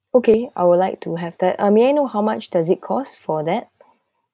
okay I would like to have that uh may I know how much does it cost for that